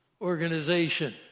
organization